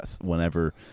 whenever